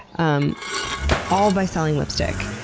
um all by selling lipstick.